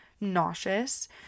nauseous